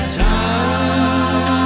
time